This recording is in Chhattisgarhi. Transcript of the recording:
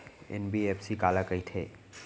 एन.बी.एफ.सी काला कहिथे?